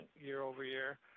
year-over-year